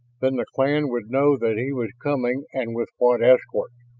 then the clan would know that he was coming and with what escort.